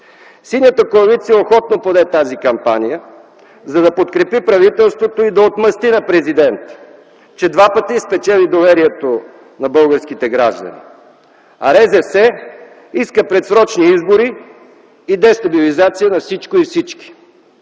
Синята коалиция охотно поде тази кампания, за да подкрепи правителството и да отмъсти на президента, че два пъти спечели доверието на българските граждани, а РЗС иска предсрочни избори и дестабилизация на всичко и всички.